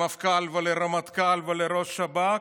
למפכ"ל ולרמטכ"ל ולראש השב"כ: